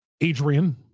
Adrian